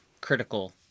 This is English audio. critical